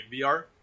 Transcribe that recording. VR